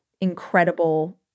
incredible